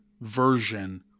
version